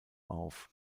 auf